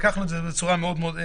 ולקחנו את זה בצורה מאוד מאוד,